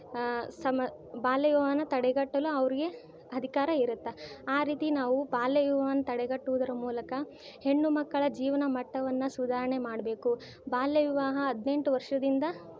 ಸಮ ಬಾಲ್ಯ ವಿವಾಹವನ್ನು ತಡೆಗಟ್ಟಲು ಅವರಿಗೆ ಅಧಿಕಾರ ಇರುತ್ತೆ ಆ ರೀತಿ ನಾವು ಬಾಲ್ಯ ವಿವಾಹವನ್ನು ತಡೆಗಟ್ಟೋದರ ಮೂಲಕ ಹೆಣ್ಣು ಮಕ್ಕಳ ಜೀವನ ಮಟ್ಟವನ್ನು ಸುಧಾರಣೆ ಮಾಡಬೇಕು ಬಾಲ್ಯ ವಿವಾಹ ಹದಿನೆಂಟು ವರ್ಷದಿಂದ